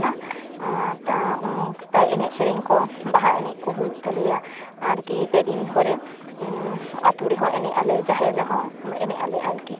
ᱚᱱᱟ ᱮᱱᱮᱡ ᱥᱮᱨᱮᱧᱠᱚ ᱵᱟᱦᱟ ᱮᱱᱮᱡ ᱠᱚ ᱦᱩᱭᱩᱜ ᱛᱟᱞᱮᱭᱟ ᱟᱨᱠᱤ ᱯᱮ ᱫᱤᱱ ᱫᱷᱚᱨᱮ ᱟᱹᱛᱩ ᱨᱮᱦᱚᱸ ᱮᱱᱮᱡᱟᱞᱮ ᱡᱟᱦᱮᱨ ᱨᱮᱦᱚᱸ ᱮᱱᱮᱡᱟᱞᱮ ᱟᱨᱠᱤ